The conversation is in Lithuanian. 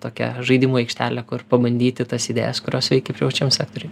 tokia žaidimų aikštelė kur pabandyti tas idėjas kurios veikia privačiam sektoriuj